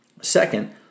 Second